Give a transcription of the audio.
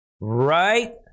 Right